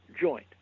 joint